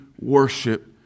worship